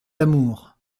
l’amour